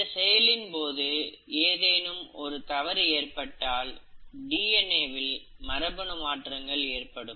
இந்த செயலின் போது ஏதேனும் ஒரு தவறு ஏற்பட்டால் டிஎன்ஏ வில் மரபணு மாற்றங்கள் ஏற்படும்